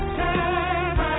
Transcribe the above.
time